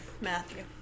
Matthew